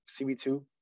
CB2